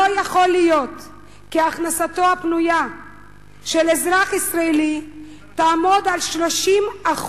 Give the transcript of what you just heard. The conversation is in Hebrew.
לא יכול להיות כי הכנסתו הפנויה של אזרח ישראלי תעמוד על 30%,